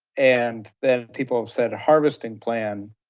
and then people have said harvesting plan.